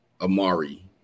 Amari